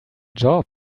job